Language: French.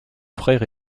frère